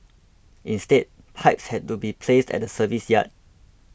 instead pipes had to be placed at the service yard